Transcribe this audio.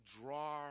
draw